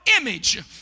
image